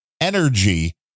energy